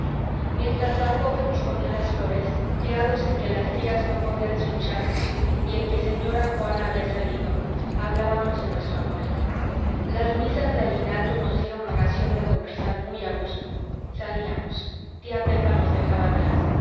mientras la joven disponía las flores fiados en que las tías no podían escucharnos y en que señora juana había salido hablábamos de nuestro amor las misas de aguinaldo nos dieron ocasión de conversar muy a gusto salíamos tía pepa nos dejaba atrás